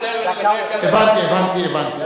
הוא ביקש להתנצל, הבנתי, הבנתי, הבנתי.